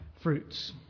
fruits